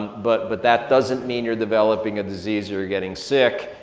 but but that doesn't mean your developing a disease or you're getting sick.